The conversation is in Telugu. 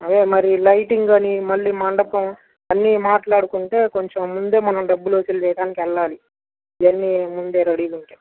అదే మరి లైటింగ్ అని మళ్ళీ మండపం అన్నీ మాట్లాడుకుంటే కొంచెం ముందే మనం డబ్బులు వసూలు చేయడానికి వెళ్ళాలి ఇవన్నీ ముందే రెడీగా ఉంటే